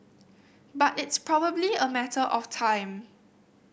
but it's probably a matter of time